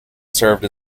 served